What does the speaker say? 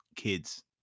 kids